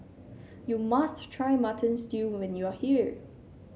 you must try Mutton Stew when you are here